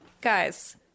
Guys